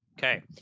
Okay